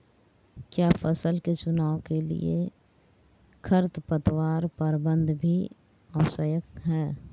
क्या फसल के चुनाव के लिए खरपतवार प्रबंधन भी आवश्यक है?